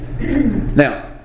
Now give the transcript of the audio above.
Now